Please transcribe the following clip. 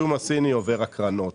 השום הסיני עובר הקרנות.